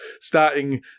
starting